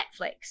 Netflix